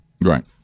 Right